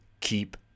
keep